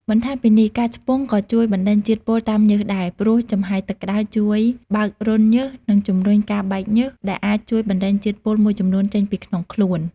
បន្ថែមពីនេះ ការឆ្ពង់ក៏ជួយបណ្តេញជាតិពុលតាមញើសដែរ ព្រោះចំហាយទឹកក្តៅជួយបើករន្ធញើស និងជំរុញការបែកញើស ដែលអាចជួយបញ្ចេញជាតិពុលមួយចំនួនចេញពីក្នុងខ្លួន។